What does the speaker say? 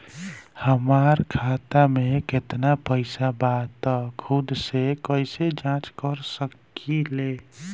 हमार खाता में केतना पइसा बा त खुद से कइसे जाँच कर सकी ले?